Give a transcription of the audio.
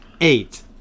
Eight